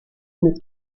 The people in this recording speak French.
une